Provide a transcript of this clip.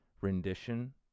rendition